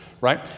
right